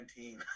2019